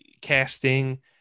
casting